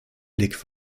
blick